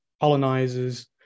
colonizers